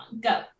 Go